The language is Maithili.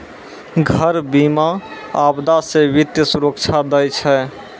घर बीमा, आपदा से वित्तीय सुरक्षा दै छै